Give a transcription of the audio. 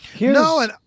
No